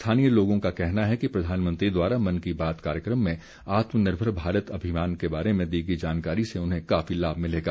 स्थानीय लोगों का कहना है कि प्रधानमंत्री द्वारा मन की बात कार्यक्रम में आत्मनिर्भर भारत अभियान के बारे में दी गई जानकारी से उन्हें काफी लाभ मिलेगा